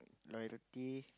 loyalty